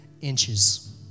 inches